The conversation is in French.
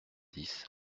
dix